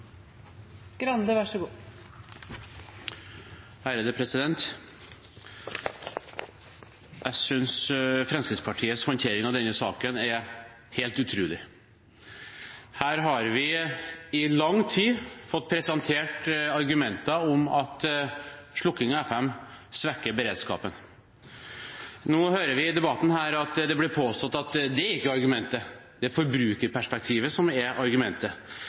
helt utrolig. Her har vi i lang tid fått presentert argumenter om at slokking av FM svekker beredskapen. Nå hører vi at det i debatten her blir påstått at det ikke er argumentet, det er forbrukerperspektivet som er argumentet.